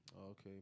Okay